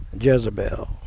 Jezebel